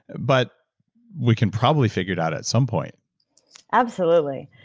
but we can probably figure it out at some point absolutely.